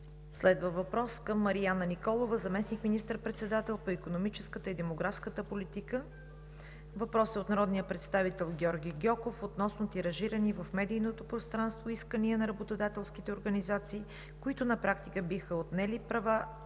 Следва въпрос към Марияна Николова – заместник министър председател по икономическата и демографската политика. Въпросът е от народния представител Георги Гьоков относно тиражирани в медийното пространство искания на работодателските организации, които на практика биха отнели права